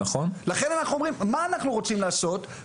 לכן אנחנו אומרים מה אנחנו רוצים לעשות.